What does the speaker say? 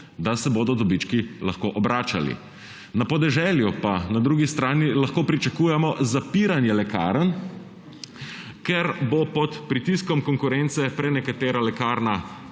da se bodo dobički lahko obračali. Na podeželju pa na drugi strani lahko pričakujemo zapiranje lekarn, ker bo pod pritiskom konkurence prenekatera lekarna,